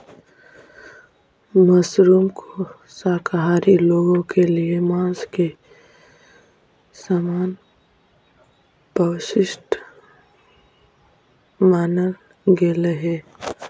mushroom को शाकाहारी लोगों के लिए मांस के समान पौष्टिक मानल गेलई हे